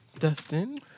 Dustin